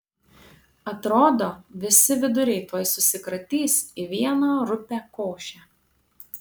atrodo visi viduriai tuoj susikratys į vieną rupią košę